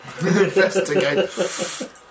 Investigate